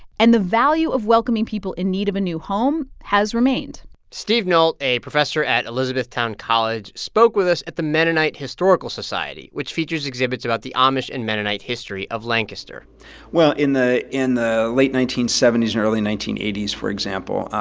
and the value of welcoming people in need of a new home has remained steve nolt, a professor at elizabethtown college, spoke with us at the mennonite historical society, which features exhibits about the amish and mennonite history of lancaster well, in the in the late nineteen seventy s and early nineteen eighty s, for example,